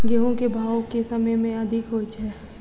गेंहूँ केँ भाउ केँ समय मे अधिक होइ छै?